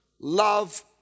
love